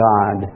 God